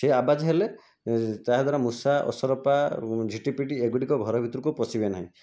ସେ ଆବାଜ ହେଲେ ତାହା ଦ୍ୱାରା ମୂଷା ଅସରପା ଝିଟିପିଟି ଏଗୁଡ଼ିକ ଘର ଭିତରକୁ ପଶିବେ ନାହିଁ